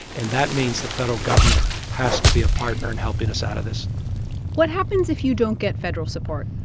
and that means the federal government has to be a partner in helping us out of this what happens if you don't get federal support?